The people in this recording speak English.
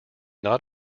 not